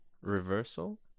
Reversal